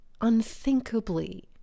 unthinkably